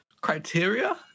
Criteria